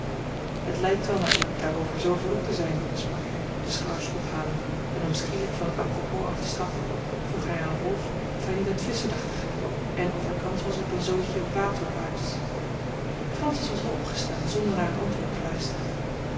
het lijkt wel naar u daarover zoo verrukt te zijn sprak hij de schouders ophalend en om schielijk van t apropos af te stappen vroeg hij aan rolf of hij niet uit visschen dacht te gaan en of er kans was op een zoodje waterbaars francis was al opgestaan zonder naar het antwoord te luisteren